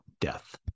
death